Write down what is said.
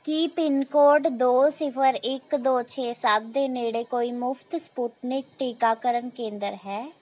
ਕੀ pin code ਦੋ ਸਿਫ਼ਰ ਇੱਕ ਦੋ ਛੇ ਸੱਤ ਦੇ ਨੇੜੇ ਕੋਈ ਮੁਫ਼ਤ ਸਪੁਟਨਿਕ ਟੀਕਾਕਰਨ ਕੇਂਦਰ ਹੈ